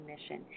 mission